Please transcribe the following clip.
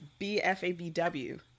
BFABW